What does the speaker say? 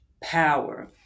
power